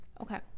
Okay